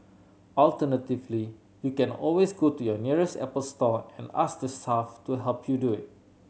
alternatively you can always go to your nearest Apple store and ask the staff to help you do it